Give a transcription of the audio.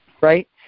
Right